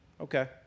Okay